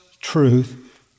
truth